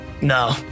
No